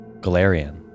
Galarian